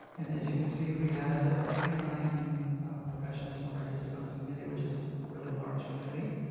and as you can see we had twenty nine professionals from our district on this committee, which is a really large committee,